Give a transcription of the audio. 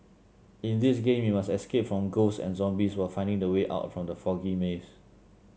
in this game you must escape from ghosts and zombies while finding the way out from the foggy maze